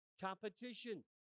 Competition